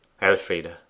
Elfride